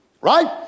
Right